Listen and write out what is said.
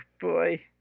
boy